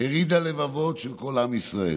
הרעידה לבבות של כל עם ישראל.